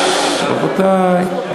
רבותי,